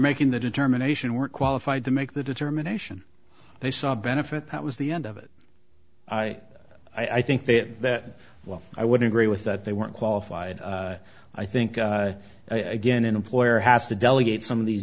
making the determination weren't qualified to make the determination they saw a benefit that was the end of it i i think that well i would agree with that they weren't qualified i think again an employer has to delegate some of these